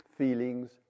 feelings